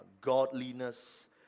Godliness